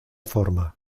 forma